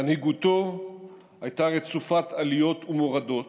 מנהיגותו הייתה רצופה עליות ומורדות,